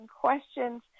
questions